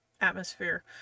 atmosphere